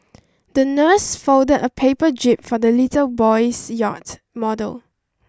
the nurse folded a paper jib for the little boy's yacht model